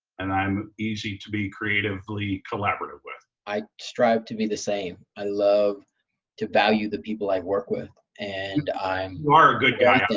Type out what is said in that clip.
and i'm easy to be creatively collaborative with. i strive to be the same. i love to value the people i work with and i'm you are a good guy,